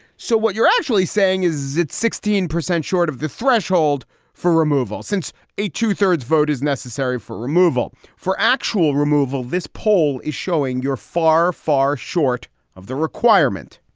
so what you're actually saying is it's sixteen percent short of the threshold for removal since a two thirds vote is necessary for removal for actual removal this poll is showing you're far, far short of the requirement.